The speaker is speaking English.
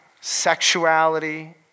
sexuality